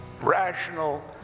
rational